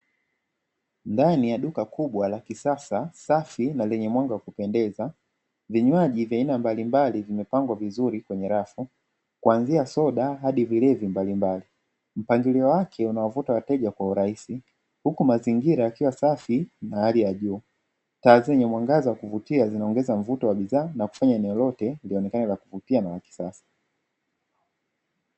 Ndani ya duka kubwa la kisasa safi na lenye mwanga wa kupendeza, vinywaji vya aina mbalimbali vimepangwa vizuri kwenye rafu kuanzia soda hadi vilevi mbalimbali, mpangilio wake unawavuta wateja kwa urahisi huku mazingira yakiwa safi na hali ya juu, taa zenye mwangaza wa kuvutia zinaongeza mvuto wa bidhaa na kufanya eneo lote lionekane la kuvutia na la kisasa.